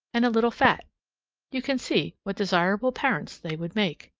and a little fat you can see what desirable parents they would make.